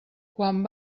quan